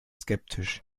skeptisch